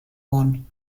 one